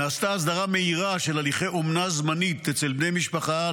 נעשתה הסדרה מהירה של הליכי אומנה זמנית אצל בני משפחה,